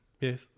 Yes